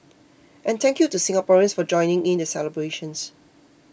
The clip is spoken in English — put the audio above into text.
and thank you to Singaporeans for joining in the celebrations